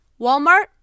Walmart